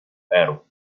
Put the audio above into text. эру